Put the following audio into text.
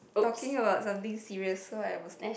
talking about something serious so I was